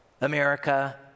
America